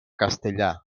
castellà